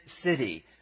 city